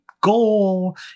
goal